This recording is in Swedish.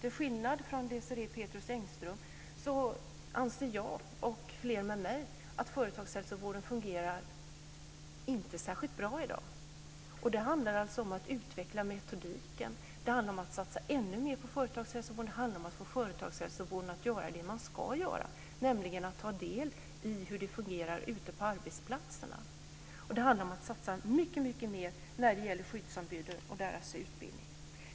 Till skillnad från Desirée Pethrus Engström anser jag och flera med mig att företagshälsovården inte fungerar särskilt bra i dag. Det handlar alltså om att utveckla metodiken, att satsa ännu mer på företagshälsovården, att få företagshälsovården att göra det den ska göra, nämligen ta del i hur det fungerar ute på arbetsplatserna. Det handlar om att satsa mycket mer när det gäller skyddsombuden och deras utbildning.